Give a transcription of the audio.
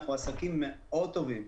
אנחנו עסקים מאוד טובים,